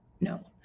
No